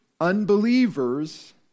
unbelievers